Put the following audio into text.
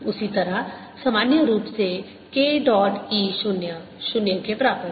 उसी तरह सामान्य रूप से k डॉट e 0 0 के बराबर है